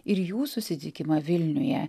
ir jų susitikimą vilniuje